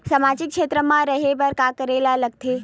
सामाजिक क्षेत्र मा रा हे बार का करे ला लग थे